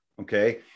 Okay